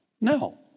No